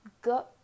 Go